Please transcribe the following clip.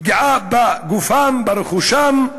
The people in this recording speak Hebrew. פגיעה בגופם, ברכושם.